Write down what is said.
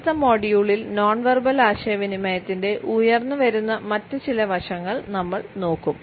അടുത്ത മൊഡ്യൂളിൽ non verbal ആശയവിനിമയത്തിന്റെ ഉയർന്നുവരുന്ന മറ്റ് ചില വശങ്ങൾ നമ്മൾ നോക്കും